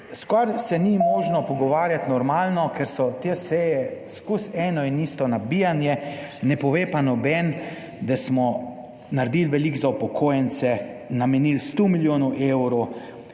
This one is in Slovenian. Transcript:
skoraj se ni možno pogovarjati normalno, ker so te seje skozi eno in isto nabijanje, ne pove pa noben, da smo naredili veliko za upokojence, namenili 100 milijonov evrov